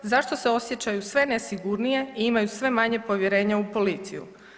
Zašto se osjećaju sve nesigurnije i imaju sve manje povjerenja u policiju?